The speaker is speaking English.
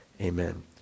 amen